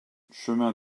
chemin